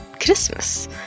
Christmas